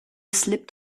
slipped